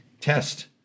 Test